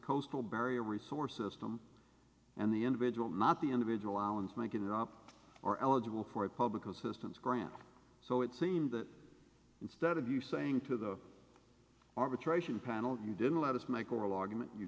will bury a resource system and the individual not the individual islands making it up or eligible for public assistance grant so it seemed that instead of you saying to the arbitration panel you didn't let us make oral argument you